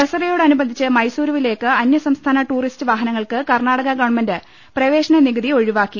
ദസറയോടനുബന്ധിച്ച് മൈസൂരുവിലേയ്ക്ക് അന്യസംസ്ഥാന ടൂറിസ്റ്റ് വാഹനങ്ങൾക്ക് കർണാടക ഗവൺമെന്റ് പ്രവേശന നികുതി ഒഴിവാക്കി